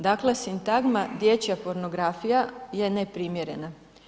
Dakle, sintagma dječja pornografija je neprimjerena.